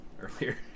Earlier